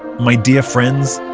my dear friends,